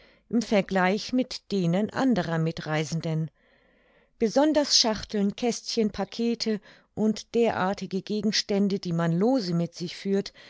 im vergleich mit denen anderer mitreisenden besonders schachteln kästchen packete und derartige gegenstände die man lose mit sich führt